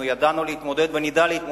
אנחנו נמצא את הפתרונות.